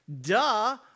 duh